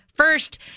First